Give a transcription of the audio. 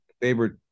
favorite